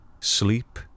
Sleep